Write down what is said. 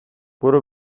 برو